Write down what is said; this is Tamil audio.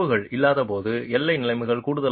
இந்த திறப்புகள் இல்லாதபோது எல்லை நிலைமைகள்